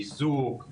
איזוק,